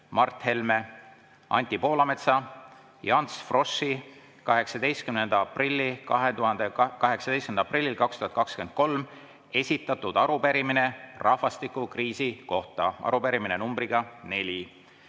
Mart Helme, Anti Poolametsa ja Ants Froschi 18. aprillil 2023 esitatud arupärimine rahvastikukriisi kohta numbriga 4.